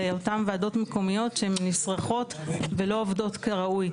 לאותם ועדות מקומיות שהם נסחרות ולא עובדות כראוי,